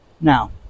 Now